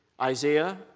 Isaiah